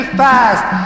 fast